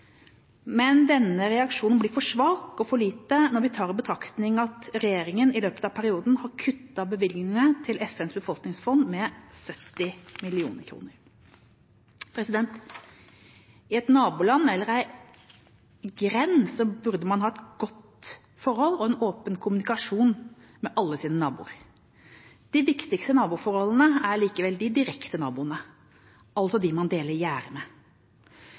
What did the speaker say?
men denne reaksjonen blir for svak og for liten når vi tar i betraktning at regjeringa i løpet av perioden har kuttet bevilgningene til FNs befolkningsfond med 70 mill. kr. I et naboland eller i en nabogrend bør man ha et godt forhold og en åpen kommunikasjon med alle sine naboer. De viktigste naboforholdene er likevel mellom de direkte naboene, altså de man deler gjerde med.